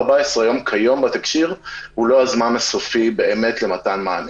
14 יום כיום בתקשי"ר הוא לא הזמן הסופי למתן מענה.